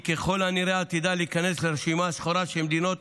היא ככל הנראה עתידה להיכנס לרשימה שחורה של מדינות